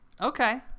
Okay